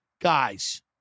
guys